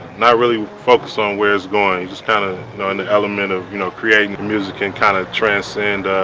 not really focus on where it's going just kind of knowing the element of you know creating music and kind of transcend